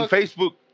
Facebook